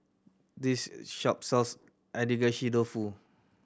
this shop sells Agedashi Dofu